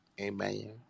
Amen